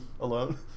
Alone